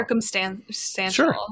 Circumstantial